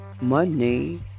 money